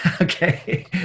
Okay